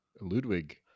Ludwig